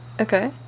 Okay